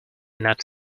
not